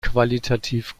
qualitativ